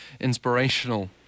inspirational